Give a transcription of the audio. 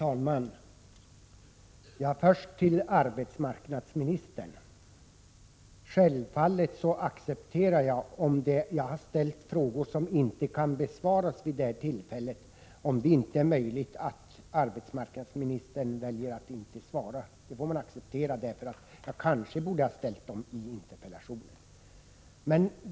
Herr talman! Jag accepterar självfallet att arbetsmarknadsministern inte besvarar de frågor jag nu har ställt och som jag kanske borde ha ställt i interpellationen.